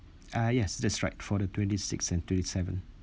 ah yes that's right for the twenty-sixth and twenty-seventh